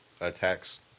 attacks